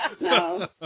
No